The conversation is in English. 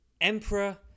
Emperor